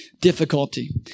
difficulty